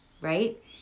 right